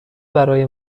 برای